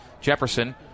Jefferson